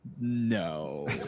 no